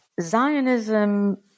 Zionism